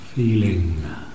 Feeling